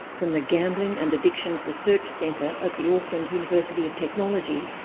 from the gambling and addictions research centre at the auckland university of technology,